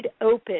open